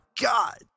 God